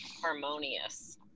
harmonious